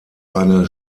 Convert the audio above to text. eine